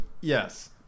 yes